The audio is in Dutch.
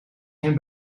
mijn